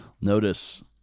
Notice